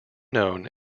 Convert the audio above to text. known